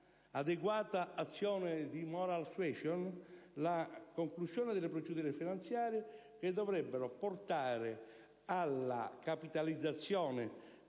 un'adeguata azione di *moral suasion*, la conclusione delle procedure finanziarie che dovrebbero portare alla capitalizzazione